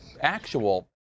actual